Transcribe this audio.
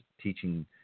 teaching